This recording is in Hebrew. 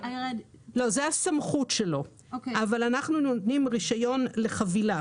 זאת הסמכות שלו אבל אנחנו נותנים רישיון לחבילה